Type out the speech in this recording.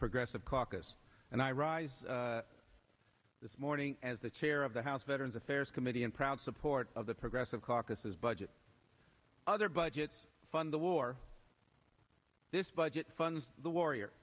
progressive caucus and i rise this morning as the chair of the house veterans affairs committee and proud support of the progressive caucus as budget other budgets fund the war this budget funds the warrior